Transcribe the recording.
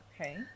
Okay